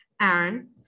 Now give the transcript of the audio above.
aaron